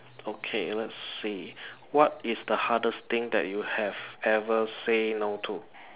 okay let's see what is the hardest thing that you have ever say no to